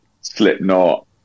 Slipknot